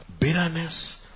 bitterness